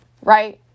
right